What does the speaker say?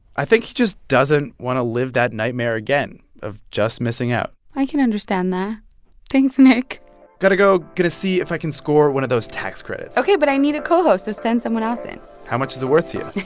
i think he just doesn't want to live that nightmare again of just missing out i can understand that thanks, nick got to go. got to see if i can score one of those tax credits ok. but i need a co-host, so send someone else in how much is it worth to you?